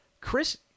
Chris